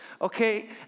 okay